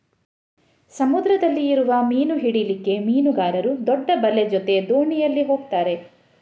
ಸಮುದ್ರದಲ್ಲಿ ಇರುವ ಮೀನು ಹಿಡೀಲಿಕ್ಕೆ ಮೀನುಗಾರರು ದೊಡ್ಡ ಬಲೆ ಜೊತೆ ದೋಣಿಯಲ್ಲಿ ಹೋಗ್ತಾರೆ